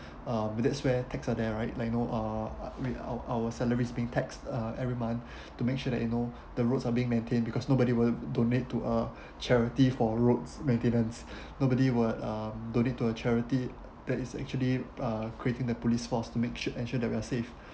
uh that's where tax are there right like you know uh uh make our our salaries being taxed uh every month to make sure that you know the roads are being maintained because nobody will donate to a charity for roads maintenance nobody will uh donate to a charity that is actually uh creating the police force to make sure ensure that we are safe